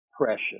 precious